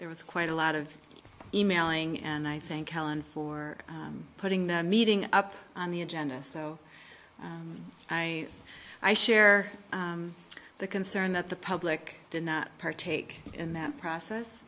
there was quite a lot of emailing and i think helen for putting the meeting up on the agenda so i i share the concern that the public did not partake in that process